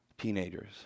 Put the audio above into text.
teenagers